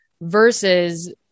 versus –